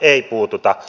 ei puututa